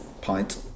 pint